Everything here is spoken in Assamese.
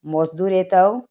মজদুৰ এটাও